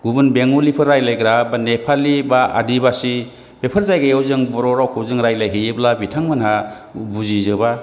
गुबुन बेंगलिफोर रायज्लायग्रा एबा नेपालि एबा आदिबासि बेफोर जायगायाव जों बर' रावखौ जों रायज्लायहैयोब्ला बिथांमोनहा बुजिजोबा